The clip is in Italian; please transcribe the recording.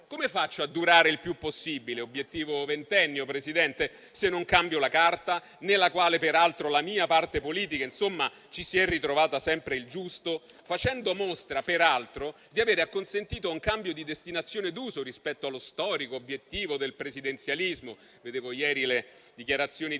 Come faccio a durare il più possibile, con obiettivo ventennio, se non cambio la Carta, nella quale peraltro la mia parte politica si è ritrovata sempre il giusto? Facendo mostra, peraltro, di avere acconsentito a un cambio di destinazione d'uso rispetto allo storico obiettivo del presidenzialismo? Leggevo ieri le dichiarazioni di